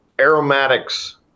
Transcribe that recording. aromatics